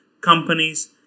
companies